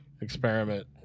experiment